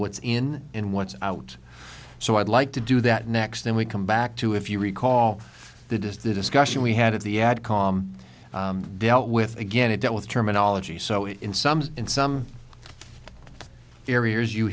what's in and what's out so i'd like to do that next then we come back to if you recall that is the discussion we had at the ad com dealt with again it dealt with terminology so in some in some areas you